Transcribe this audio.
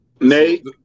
Nate